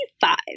five